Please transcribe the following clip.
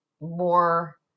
more